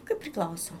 kaip priklauso